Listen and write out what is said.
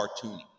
cartoony